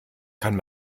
kann